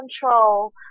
control